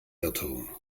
irrtum